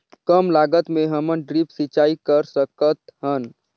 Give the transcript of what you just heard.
कम लागत मे हमन ड्रिप सिंचाई कर सकत हन?